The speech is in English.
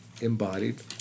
embodied